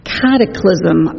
cataclysm